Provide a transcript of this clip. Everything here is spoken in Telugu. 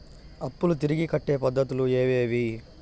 అప్పులు తిరిగి కట్టే పద్ధతులు ఏవేవి